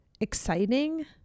exciting